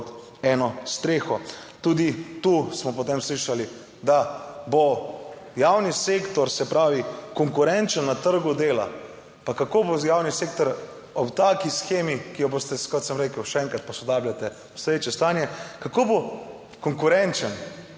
eno streho. Tudi tu smo potem slišali, da bo javni sektor, se pravi, konkurenčen na trgu dela. Pa kako bo javni sektor ob taki shemi, ki jo boste, kot sem rekel, še enkrat posodabljate obstoječe stanje, kako bo konkurenčen,